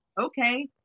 Okay